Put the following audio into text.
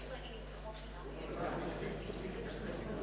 יש הצבעה על החוק או לא?